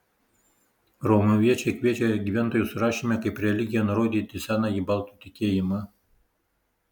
romuviečiai kviečia gyventojų surašyme kaip religiją nurodyti senąjį baltų tikėjimą